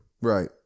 Right